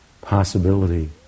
possibility